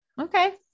okay